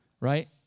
Right